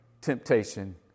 temptation